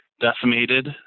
decimated